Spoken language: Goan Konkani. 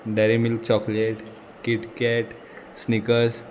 dairy milk chocolate KitKat sneakers